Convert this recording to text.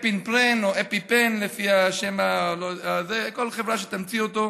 אפינפרין או אפיפן, לפי השם, כל חברה שתמציא אותו,